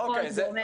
גורמי המקצוע,